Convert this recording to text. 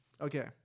Okay